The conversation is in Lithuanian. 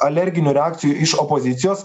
alerginių reakcijų iš opozicijos